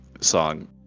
song